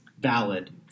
valid